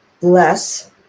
bless